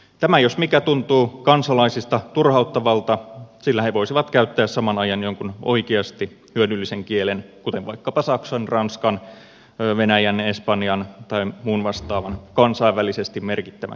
tämä jos mikä tuntuu kansalaisista turhauttavalta sillä he voisivat käyttää saman ajan jonkun oikeasti hyödyllisen kielen kuten saksan ranskan venäjän espanjan tai muun vastaavan kansainvälisesti merkittävän kielen opiskeluun